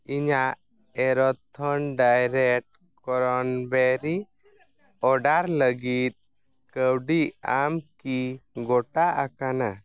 ᱤᱧᱟᱹᱜ ᱮᱨᱚᱛᱷᱚᱱ direct cranberry order ᱞᱟᱹᱜᱤᱫ ᱠᱟᱹᱣᱰᱤ ᱟᱢ ᱠᱤ ᱜᱚᱴᱟ ᱟᱠᱟᱱᱟ